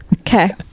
okay